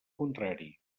contrari